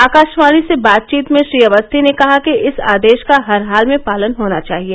आकाशवाणी से बातचीत में श्री अवस्थी ने कहा कि इस आदेश का हर हाल में पालन होना चाहिए